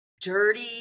dirty